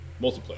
multiplayer